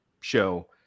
show